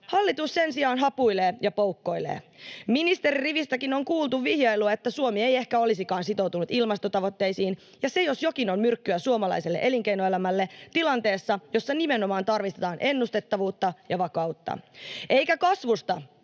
Hallitus sen sijaan hapuilee ja poukkoilee. Ministeririvistäkin on kuultu vihjailua, että Suomi ei ehkä olisikaan sitoutunut ilmastotavoitteisiin, ja se jos jokin on myrkkyä suomalaiselle elinkeinoelämälle tilanteessa, jossa nimenomaan tarvitaan ennustettavuutta ja vakautta. Eikä kasvusta